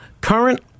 Current